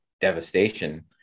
devastation